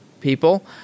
people